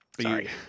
Sorry